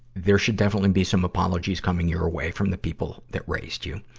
there should definitely be some apologies coming your ah way from the people that raised you.